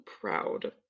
proud